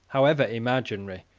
however imaginary,